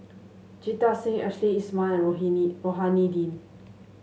Jita Singh Ashley Isham and Rohani Din